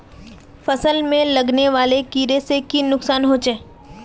फसल में लगने वाले कीड़े से की नुकसान होचे?